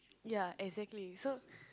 ya exactly so